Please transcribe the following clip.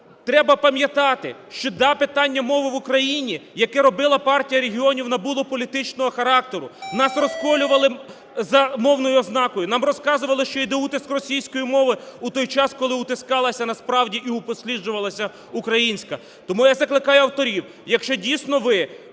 Треба пам'ятати, що, да, питання мови в Україні, яке робила Партія регіонів набуло політичного характеру. Нас розколювали за мовною ознакою, нам розказували, що іде утиск російської мови у той час, коли утискалася насправді і упосліджувалася українська. Тому я закликаю авторів, якщо дійсно ви